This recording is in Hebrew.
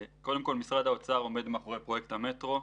משרד האוצר עומד מאחורי פרויקט המטרו.